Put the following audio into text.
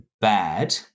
BAD